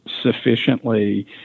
sufficiently